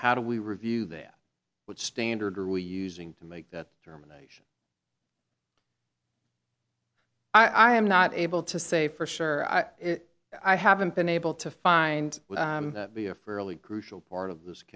how do we review that what standard are we using to make that determination i am not able to say for sure i haven't been able to find that be a fairly crucial part of this